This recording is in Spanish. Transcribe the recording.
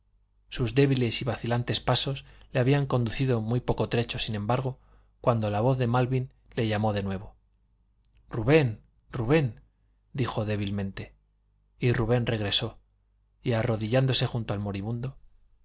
sus débiles y vacilantes pasos le habían conducido muy poco trecho sin embargo cuando la voz de malvin le llamó de nuevo rubén rubén dijo débilmente y rubén regresó y arrodillándose junto al moribundo